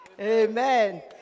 Amen